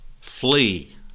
flee